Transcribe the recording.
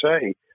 say